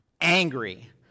angry